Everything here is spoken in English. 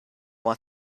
want